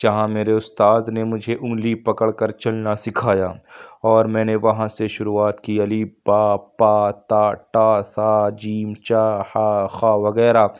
جہاں میرے اُستاد نے مجھے اُنگلی پکڑ کر چلنا سکھایا اور میں نے وہاں سے شروعات کی ا ب پ ت ٹ ث ج چ ح خ وغیرہ